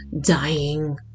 dying